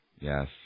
Yes